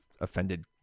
offended